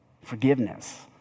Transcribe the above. Forgiveness